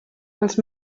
els